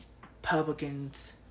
Republicans